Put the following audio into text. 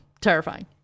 terrifying